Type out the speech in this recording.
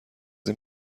این